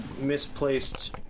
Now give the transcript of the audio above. misplaced